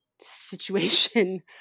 situation